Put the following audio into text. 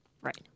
Right